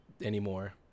anymore